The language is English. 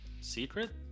Secret